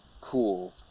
Cool